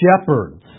shepherds